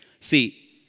See